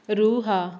ରୁହ